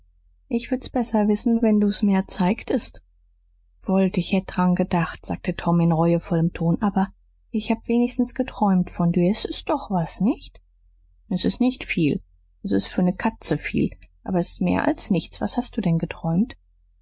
ich würd's besser wissen wenn du's mehr zeigtest wollt ich hätt dran gedacht sagte tom in reuevollem ton aber ich hab wenigstens geträumt von dir s ist doch was nicht s ist nicht viel s ist für ne katze viel aber s ist mehr als nichts was hast du denn geträumt